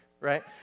right